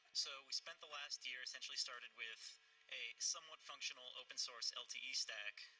so we spent the last year, essentially started with a somewhat functional open-source lte stack,